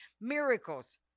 miracles